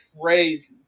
crazy